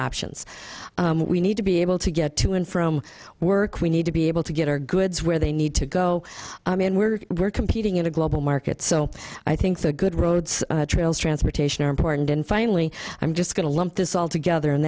options we need to be able to get to and from work we need to be able to get our goods where they need to go no i mean we're we're competing in a global market so i think the good roads trails transportation are important and finally i'm just going to lump this all together and